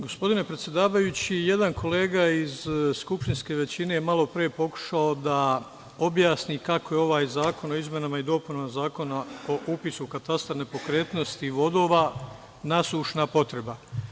Gospodine predsedavajući, jedan kolega iz skupštinske većine je malopre pokušao da objasni kako je ovaj Zakon o izmenama i dopunama Zakona o upisu u katastar nepokretnosti i vodova nasušna potreba.